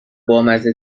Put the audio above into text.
بامزه